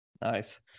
Nice